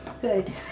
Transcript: Good